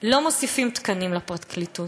לא מוסיפים תקנים לפרקליטות.